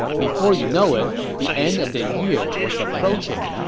before you know it, the end of the year was approaching.